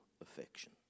affection